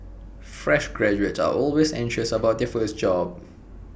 fresh graduates are always anxious about their first job